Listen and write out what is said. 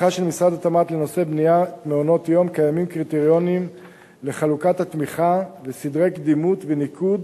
קיימים קריטריונים לחלוקת התמיכה וסדרי קדימות וניקוד